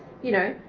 you know,